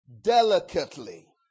delicately